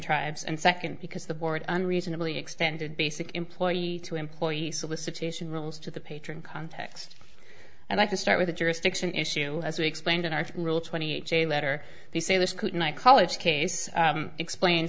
tribes and second because the board unreasonably extended basic employee to employee solicitation rules to the patron context and like to start with a jurisdiction issue as we explained in our rule twenty eight a letter they say this kootenai college case explain